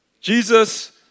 Jesus